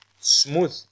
smooth